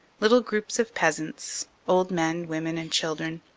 little groups of peasants, old men, women and children,